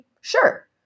sure